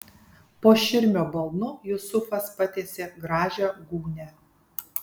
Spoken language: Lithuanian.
po širmio balnu jusufas patiesė gražią gūnią